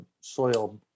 soil